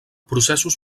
processos